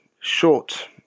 short